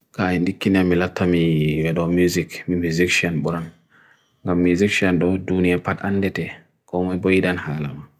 Ka ndi kina mila tha mi ndo music mi musicsion buran. ndo musicsion ndo dunia pad ndete komi bweden halawa.